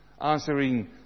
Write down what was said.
answering